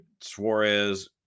Suarez